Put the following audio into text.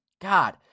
God